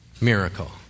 miracle